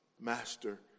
Master